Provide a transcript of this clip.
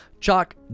Chalk